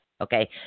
okay